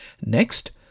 Next